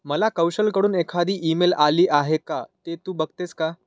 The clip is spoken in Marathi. मला कौशलकडून एखादी ईमेल आली आहे का ते तू बघतेस का